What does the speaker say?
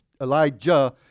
Elijah